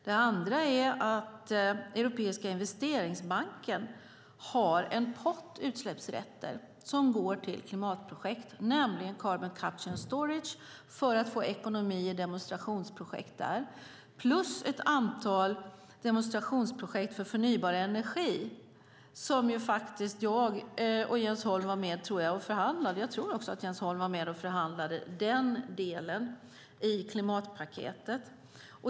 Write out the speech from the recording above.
Det andra är att Europeiska investeringsbanken har en pott utsläppsrätter som går till klimatprojekt, Carbon Caption Storage, för att få ekonomi i demonstrationsprojekten. Det finns också ett antal demonstrationsprojekt för förnybar energi som jag och jag tror också Jens Holm var med och förhandlade i den delen i klimatpaketet.